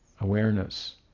awareness